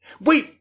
Wait